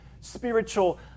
spiritual